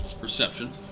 perception